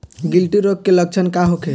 गिल्टी रोग के लक्षण का होखे?